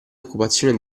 occupazione